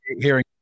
hearing